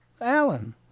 Alan